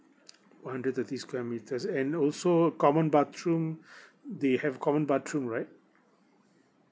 one hundred thirty square metres and also common bathroom they have common bathroom right